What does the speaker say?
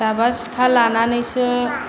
दाबा सिखा लानानैसो